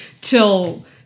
till